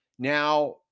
Now